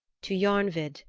to jarnvid,